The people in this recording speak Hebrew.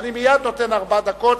אני מייד נותן ארבע דקות,